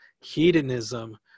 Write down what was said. hedonism